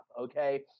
okay